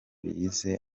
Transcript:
yise